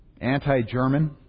anti-German